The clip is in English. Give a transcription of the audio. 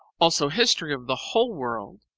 also history of the whole world.